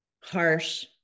harsh